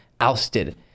ousted